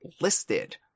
listed